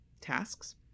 tasks